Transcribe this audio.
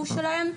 שהוא שלהם.